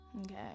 Okay